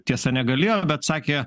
tiesa negalėjo bet sakė